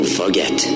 forget